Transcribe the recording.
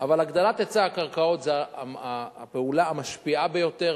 אבל הגדלת היצע הקרקעות היא הפעולה המשפיעה ביותר,